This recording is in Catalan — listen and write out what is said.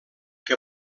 que